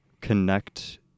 connect